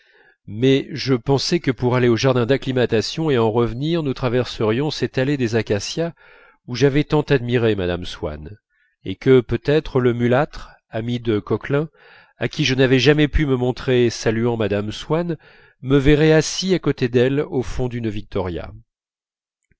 mais je pensais que pour aller au jardin d'acclimatation et en revenir nous traverserions cette allée des acacias où j'avais tant admiré mme swann et que peut-être le mulâtre ami de coquelin à qui je n'avais jamais pu me montrer saluant mme swann me verrait assis à côté d'elle au fond d'une victoria